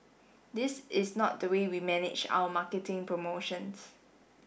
this is not the way we manage our marketing promotions